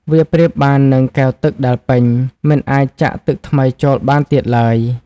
វាប្រៀបបាននឹង កែវទឹកដែលពេញ មិនអាចចាក់ទឹកថ្មីចូលបានទៀតឡើយ។